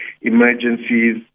emergencies